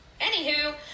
anywho